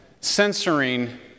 censoring